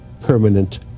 permanent